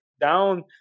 down